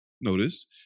notice